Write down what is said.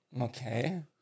Okay